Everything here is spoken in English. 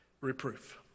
Reproof